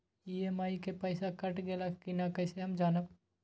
EMI के पईसा cut गेलक कि ना कइसे हम जानब?